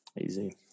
Easy